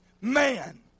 man